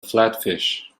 flatfish